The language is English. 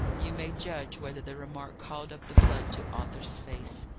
you may judge whether the remark called up the blood to arthur's face.